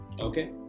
Okay